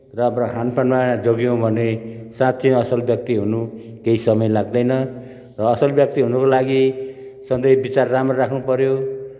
र खानपानमा जोगियौँ भने साँच्चै असल व्यक्ति हुनु केही समय लाग्दैन र असल व्यक्ति हुनुको लागि सधैँ विचार राम्रो राख्नुपर्यो